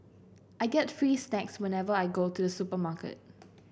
I get free snacks whenever I go to the supermarket